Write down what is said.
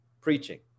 preaching